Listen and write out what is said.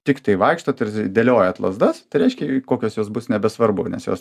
tiktai vaikštot ir dėliojat lazdas tai reiškia kokios jos bus nebesvarbu nes jos